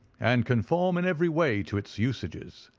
and conform in every way to its usages.